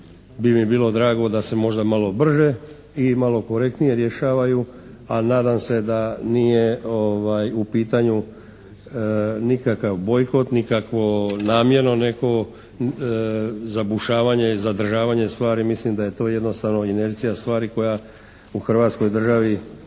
bi mi bilo drago da se možda malo brže i malo korektnije rješavaju a nadam se da nije u pitanju nikakav bojkot, nikakvo namjerno neko zabušavanje i zadržavanje stvari. Mislim da je to jednostavno inercija stvari koja u Hrvatskoj državi